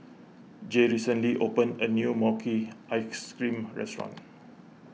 Jay recently opened a new Mochi Ice Cream restaurant